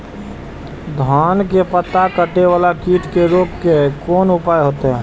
धान के पत्ता कटे वाला कीट के रोक के कोन उपाय होते?